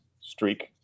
streak